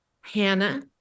Hannah